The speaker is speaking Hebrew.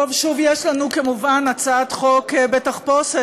טוב, שוב יש לנו כמובן הצעת חוק בתחפושת.